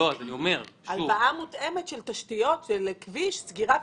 הלוואה מותאמת של תשתיות לכביש,